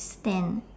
stand